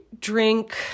drink